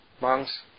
Monks